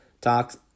talks